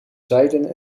zijden